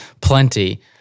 Plenty